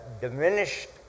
diminished